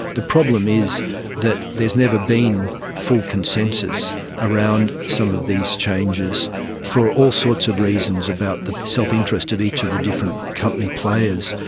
the problem is that there has never been full consensus around some of these changes for all sorts of reasons about the self-interest of each of the different company players.